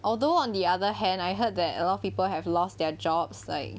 although on the other hand I heard that a lot of people have lost their jobs like